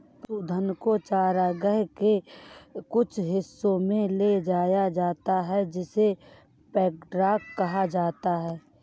पशुधन को चरागाह के कुछ हिस्सों में ले जाया जाता है जिसे पैडॉक कहा जाता है